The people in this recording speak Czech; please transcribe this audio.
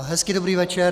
Hezký dobrý večer.